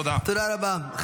תודה רבה.